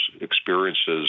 experiences